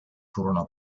furono